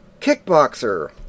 Kickboxer